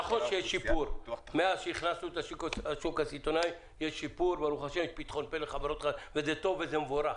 נכון שיש שיפור מאז הכנסנו את השוק הסיטונאי וזה טוב וזה מבורך,